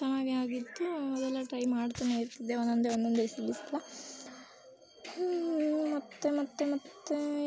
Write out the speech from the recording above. ಚೆನ್ನಾಗೇ ಆಗಿತ್ತು ಅವೆಲ್ಲ ಟ್ರೈ ಮಾಡ್ತಲೇ ಇರ್ತಿದ್ದೆ ಒಂದೊಂದೆ ಒಂದೊಂದೆ ಮತ್ತೆ ಮತ್ತೆ ಮತ್ತೆ